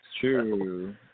true